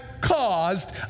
caused